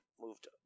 moved